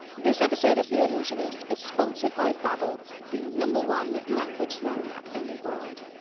this episode of the allusionist is sponsored by babbel the number one language learning app in the world.